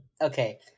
Okay